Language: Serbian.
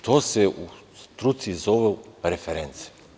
To se u struci zove reference.